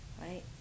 right